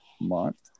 Month